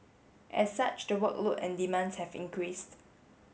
as such the workload and demands have increased